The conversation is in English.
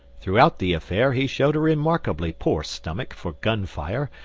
throughout the affair he showed a remarkably poor stomach for gun-fire,